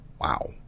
Wow